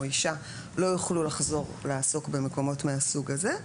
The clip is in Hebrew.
אישה לא יוכלו לחזור לעסוק במקומות מהסוג הזה,